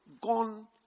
gone